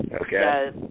Okay